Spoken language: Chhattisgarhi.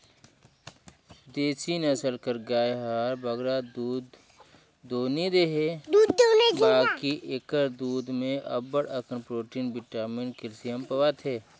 देसी नसल कर गाय हर बगरा दूद दो नी देहे बकि एकर दूद में अब्बड़ अकन प्रोटिन, बिटामिन, केल्सियम पवाथे